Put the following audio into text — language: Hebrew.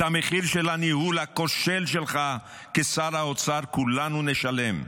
את המחיר של הניהול הכושל שלך כשר האוצר כולנו נשלם,